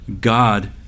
God